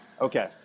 Okay